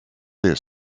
det